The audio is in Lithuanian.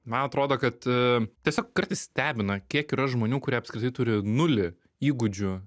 man atrodo kad tiesiog kartais stebina kiek yra žmonių kurie apskritai turi nulį įgūdžių